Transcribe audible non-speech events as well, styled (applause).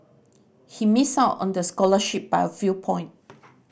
he missed out on the scholarship by a few point (unintelligible)